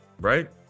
right